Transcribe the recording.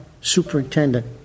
superintendent